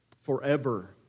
forever